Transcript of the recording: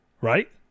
Right